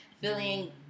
feeling